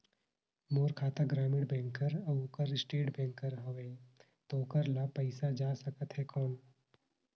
मोर खाता ग्रामीण बैंक कर अउ ओकर स्टेट बैंक कर हावेय तो ओकर ला पइसा जा सकत हे कौन?